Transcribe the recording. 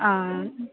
ஆ